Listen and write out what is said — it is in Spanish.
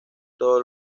todos